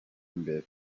imbere